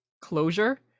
closure